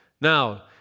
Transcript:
Now